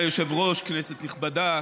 אדוני היושב-ראש, כנסת נכבדה,